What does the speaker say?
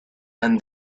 and